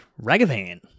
ragavan